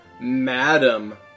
Madam